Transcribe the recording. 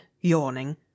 yawning